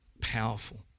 powerful